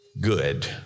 good